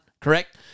correct